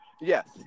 Yes